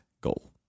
goal